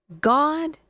God